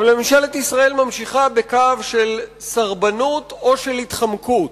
אבל ממשלת ישראל ממשיכה בקו של סרבנות או של התחמקות,